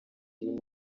irimo